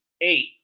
Eight